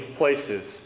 places